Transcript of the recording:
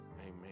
Amen